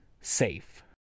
safe